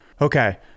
Okay